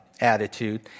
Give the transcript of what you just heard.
attitude